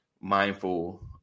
mindful